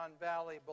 Valley